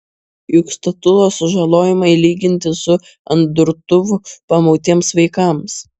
juk statulos sužalojimai lygintini su ant durtuvų pamautiems vaikams